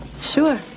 Sure